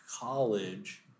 college